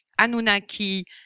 Anunnaki